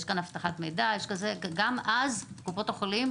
יש כאן אבטחת מידע ויש גם אז קופות החולים,